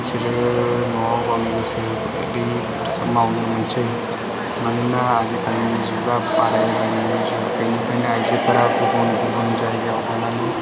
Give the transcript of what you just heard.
बिसोरो न'आव मावनो गोसो गैयि मावनो मोनसै मानोना आजिकालिनि जुगा बादायलायनायनि जुग बेनिखायनो आइजोफोरा गुबुन गुबुन जायगायाव थांनानै